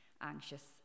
anxious